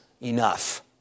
enough